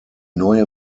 neue